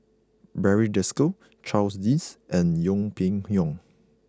Barry Desker Charles Dyce and Yeng Pway Ngon